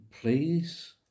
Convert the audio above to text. please